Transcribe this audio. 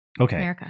Okay